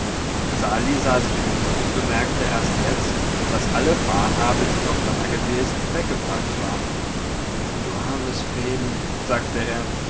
sali sah sich um und bemerkte erst jetzt daß alle fahrhabe die noch dagewesen weggebracht war du armes vreeli sagte er